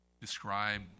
describe